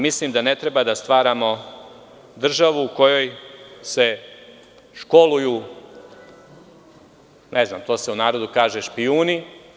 Mislim da ne treba da stvaramo državu u kojoj se školuju, ne znam, to se u narodu kaže, špijuni.